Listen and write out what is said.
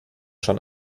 schon